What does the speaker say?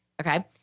okay